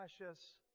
Precious